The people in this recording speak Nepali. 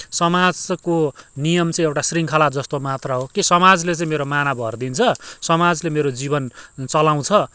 समाजको नियम चाहिँ एउटा शृङ्खला जस्तो मात्र हो के समाजले चाहिँ मेरो माना भरिदिन्छ समाजले मेरो जीवन चलाउँछ